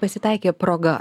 pasitaikė proga